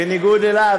בניגוד לו,